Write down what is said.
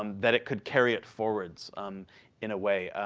um that it could carry it forwards in a way.